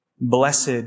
Blessed